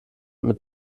mit